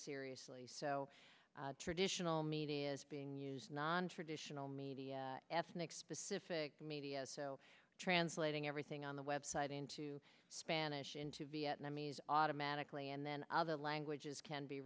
seriously so traditional media is being used nontraditional media ethnic specific media so translating everything on the web site into spanish into vietnamese automatically and then other languages can be